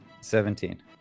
Seventeen